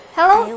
Hello